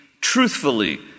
truthfully